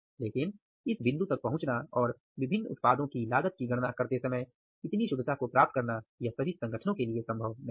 लेकिन इस बिंदु तक पहुंचना और विभिन्न उत्पादों की लागत की गणना करते समय इतनी शुद्धता को प्राप्त करना यह सभी संगठनों के लिए संभव नहीं है